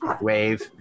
wave